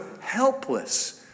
helpless